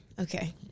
Okay